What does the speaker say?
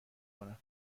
کنم